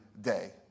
day